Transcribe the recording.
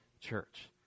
church